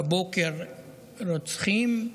בבוקר רוצחים,